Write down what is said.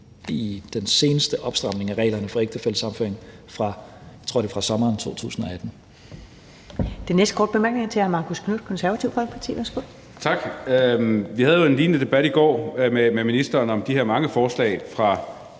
i den seneste opstramning af reglerne for ægtefællesammenføring; jeg tror,